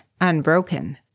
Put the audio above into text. unbroken